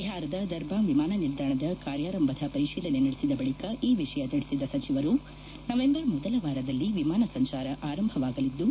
ಬಿಹಾರದ ದರ್ಬಾಂಗ್ ವಿಮಾನ ನಿಲ್ದಾಣದ ಕಾರ್ಯಾರಂಭದ ಪರಿಶೀಲನೆ ನಡೆಸಿದ ಬಳಿಕ ಈ ವಿಷಯ ತಿಳಿಸಿದ ಸಚಿವರು ನವೆಂಬರ್ ಮೊದಲ ವಾರದಲ್ಲಿ ವಿಮಾನ ಸಂಚಾರ ಆರಂಭವಾಗಲಿದ್ಲು